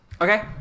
Okay